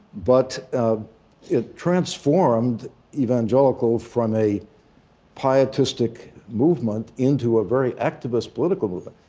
but it transformed evangelical from a pietistic movement into a very activist political movement.